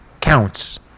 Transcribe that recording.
counts